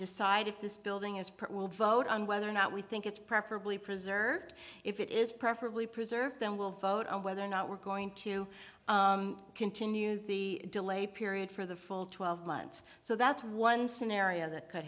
decide if this building is part will vote on whether or not we think it's preferably preserved if it is preferably preserve them will vote on whether or not we're going to continue the delay period for the full twelve months so that's one scenario that could